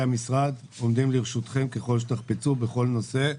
המשרד עומדים לרשותכם ככל שתחפצו בכל נושא,